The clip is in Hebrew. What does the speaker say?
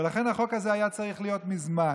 ולכן החוק הזה היה צריך להיות מזמן.